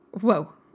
whoa